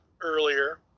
earlier